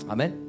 Amen